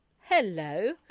hello